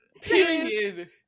Period